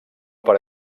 per